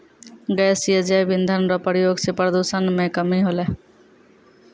गैसीय जैव इंधन रो प्रयोग से प्रदूषण मे कमी होलै